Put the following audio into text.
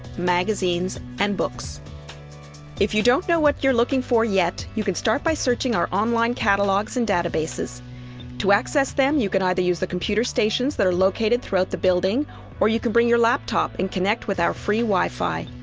magazines and books if you don't know what you're looking for yet, you can start by searching our online catalogs and databases to access them, you can either use the computer stations that are located throughout the building or you can bring your laptop and connect with our free wi-fi